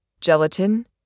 gelatin